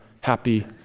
happy